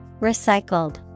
Recycled